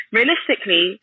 Realistically